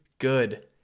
Good